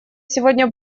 сегодня